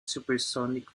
supersonic